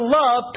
love